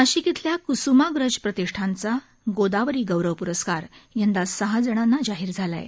नाशिक इथल्या क्स्माग्रज प्रतिष्ठानचा गोदावरी गौरव प्रस्कार यंदा सहा जणांना जाहीर झाला आहे